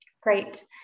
great